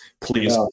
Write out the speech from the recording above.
please